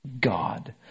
God